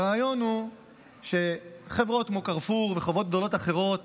הרעיון הוא שחברות כמו קארפור וחברות גדולות אחרות